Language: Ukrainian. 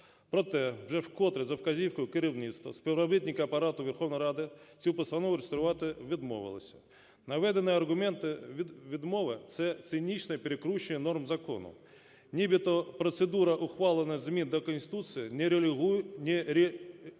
проте вже вкотре за вказівкою керівництва співробітники Апарату Верховної Ради цю постанову реєструвати відмовилися. Наведені аргументи відмови – це цинічне перекручування норм закону, нібито процедура ухвалення змін до Конституції не регулюється